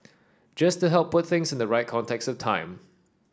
just to help put things in the right context time